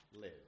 live